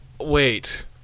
Wait